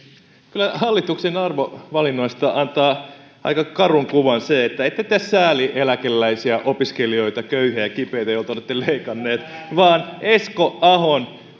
kyllä hallituksen arvovalinnoista antaa aika karun kuvan se että ette te sääli eläkeläisiä opiskelijoita köyhiä ja kipeitä joilta olette leikanneet vaan teidän säälinne kohde on esko ahon